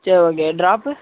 சேரி okay drop